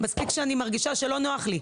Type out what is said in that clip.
מספיק שמישהי מרגישה שלא נוח לה,